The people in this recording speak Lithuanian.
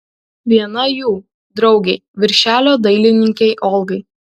viena jų draugei viršelio dailininkei olgai